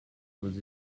was